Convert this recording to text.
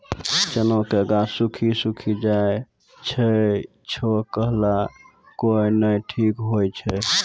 चना के गाछ सुखी सुखी जाए छै कहना को ना ठीक हो छै?